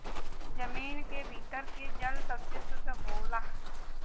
जमीन क भीतर के जल सबसे सुद्ध जल होला